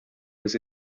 was